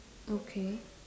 okay